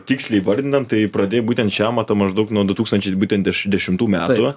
tiksliai įvardinant tai pradėjai būtent šį amatą maždaug nuo du tūkstančiai būtent deš dešimtų metų